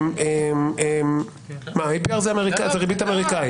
הריבית האמריקאית.